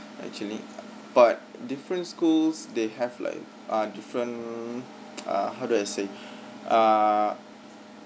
actually but different schools they have like a different uh how do I say err